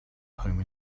home